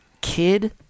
kid